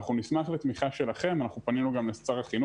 אנחנו לא נותנים יד ללהטבופוביה,